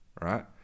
right